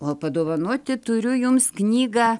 o padovanoti turiu jums knygą